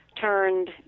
turned